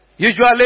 Usually